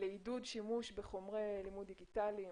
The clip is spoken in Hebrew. לעידוד שימוש בחומרי לימוד דיגיטלי.